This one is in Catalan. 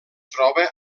troba